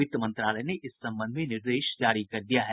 वित्त मंत्रालय ने इस संबंध में निर्देश जारी कर दिया है